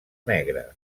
negre